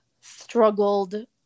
struggled